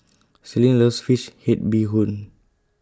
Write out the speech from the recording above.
Celestine loves Fish Head Bee Hoon